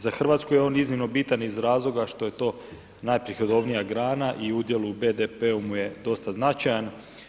Za Hrvatsku je on iznimno bitan iz razloga što je to najprihodovnija grana i udjel u BDP-u mu je dosta značajan.